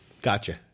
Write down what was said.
Gotcha